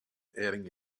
adding